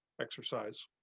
exercise